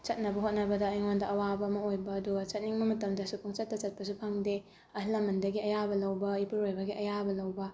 ꯆꯠꯅꯕ ꯍꯣꯠꯅꯕꯗ ꯑꯩꯉꯣꯟꯗ ꯑꯋꯥꯕ ꯑꯃ ꯑꯣꯏꯕ ꯑꯗꯨꯒ ꯆꯠꯅꯤꯡꯕ ꯃꯇꯝꯗꯁꯨ ꯄꯪꯆꯠꯇ ꯆꯠꯄꯁꯨ ꯐꯪꯗꯦ ꯑꯍꯜ ꯂꯃꯟꯗꯒꯤ ꯑꯌꯥꯕ ꯂꯧꯕ ꯏꯄꯨꯔꯣꯏꯕꯒꯤ ꯑꯌꯥꯕ ꯂꯧꯕ